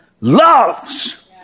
loves